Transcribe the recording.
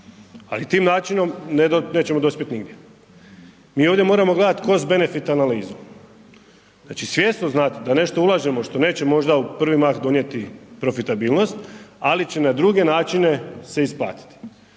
ali tim načinom nećemo dospjet nigdje. Mi ovdje moramo gledat cost-benefit analizu, znači, svjesno znat da u nešto ulažemo što neće možda u prvi mah donijeti profitabilnost, ali će na druge načine se isplatiti,